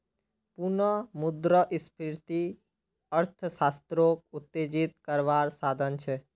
पुनः मुद्रस्फ्रिती अर्थ्शाश्त्रोक उत्तेजित कारवार साधन छे